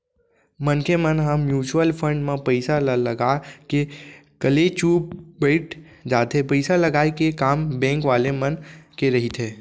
मनसे मन ह म्युचुअल फंड म पइसा ल लगा के कलेचुप बइठ जाथे पइसा लगाय के काम बेंक वाले मन के रहिथे